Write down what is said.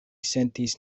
sentis